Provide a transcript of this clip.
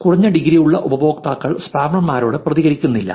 കുറഞ്ഞ ഡിഗ്രി ഉള്ള ഉപയോക്താക്കൾ സ്പാമർമാരോട് പ്രതികരിക്കുന്നില്ല